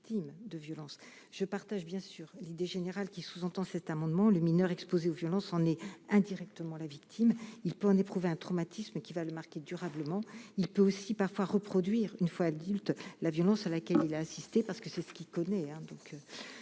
je partage bien sûr l'idée générale qui sous-entend cet amendement, le mineur exposés aux violences en est indirectement la victime, il peut en éprouver un traumatisme qui va le marquer durablement, il peut aussi parfois reproduire une fois adulte, la violence à laquelle il a assisté parce que c'est ce qui connaît